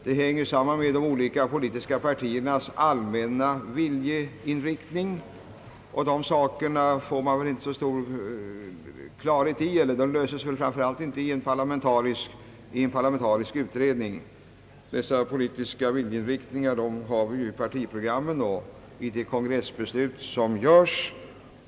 Det hänger samman med de olika partiernas allmänna viljeinriktning — och den kan inte analyseras fram i en parlamentarisk utredning. Partiernas viljeinriktning är uttryckt i partiprogrammen och partikongressernas beslut.